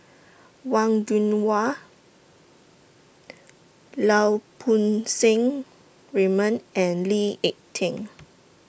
Wang Gungwu Lau Poo Seng Raymond and Lee Ek Tieng